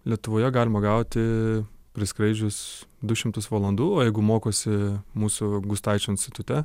lietuvoje galima gauti praskraidžius du šimtus valandų o jeigu mokosi mūsų gustaičio institute